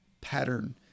pattern